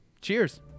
cheers